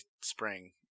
spring